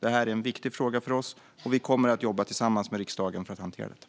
Detta är en viktig fråga för oss, och vi kommer att jobba tillsammans med riksdagen för att hantera detta.